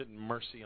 mercy